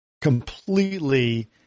completely